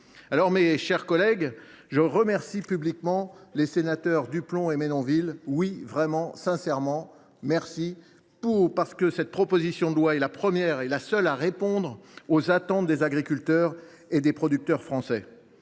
Alors, mes chers collègues, je remercie publiquement les sénateurs Duplomb et Menonville. Oui, vraiment, sincèrement : merci ! Cette proposition de loi est la première et la seule à répondre aux attentes des agriculteurs et des producteurs français.